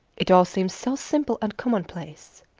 it all seems so simple and commonplace.